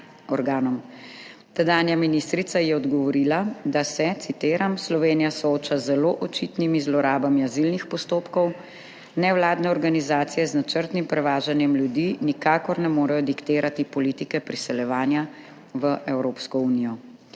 Tedanja ministrica ji je odgovorila, da se, citiram, »Slovenija sooča z zelo očitnimi zlorabami azilnih postopkov. Nevladne organizacije z načrtnim prevažanjem ljudi nikakor ne morejo diktirati politike priseljevanja v Evropsko unijo.«